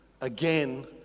again